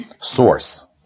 source